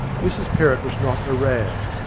mrs perrott was not a rann,